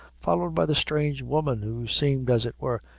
followed by the strange woman, who seemed, as it were,